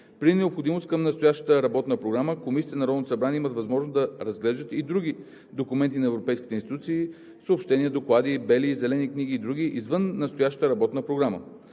При необходимост към настоящата работна програма комисиите на Народното събрание имат възможност да разглеждат и други документи на европейските институции – съобщения, доклади, бели и зелени книги, и други, извън настоящата работна програма;